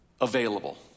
available